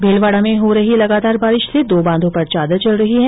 भीलवाडा में हो रही लगातार बारिश से दो बांधो पर चादर चल रही है